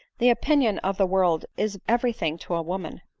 the opinion of the world is every thing to a woman.